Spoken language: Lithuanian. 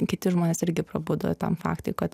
kiti žmonės irgi prabudo tam faktui kad